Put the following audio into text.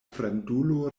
fremdulo